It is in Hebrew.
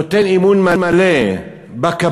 נותן אמון מלא בקבלן,